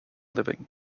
living